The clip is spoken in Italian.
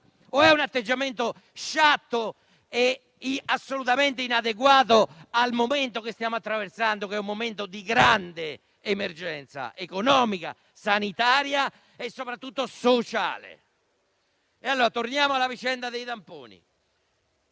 un atteggiamento sciatto e assolutamente inadeguato al momento che stiamo attraversando di grande emergenza economica, sanitaria e soprattutto sociale? Torniamo alla vicenda dei tamponi.